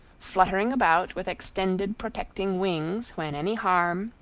fluttering about with extended, protecting wings when any harm,